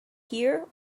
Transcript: here